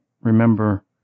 remember